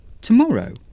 Tomorrow